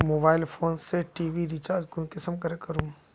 Mobile phone से TV recharge कुंसम करे करूम?